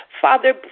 Father